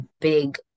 big